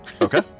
Okay